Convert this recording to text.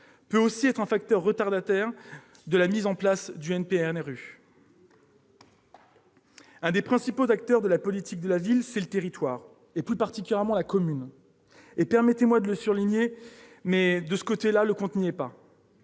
peut aussi être un facteur retardateur de la mise en place du NPNRU. Un des principaux acteurs de la politique de la ville, c'est le territoire, plus particulièrement la commune. Permettez-moi de le souligner, de ce côté-là, le compte n'y est pas.